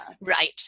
Right